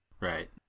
Right